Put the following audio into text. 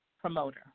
promoter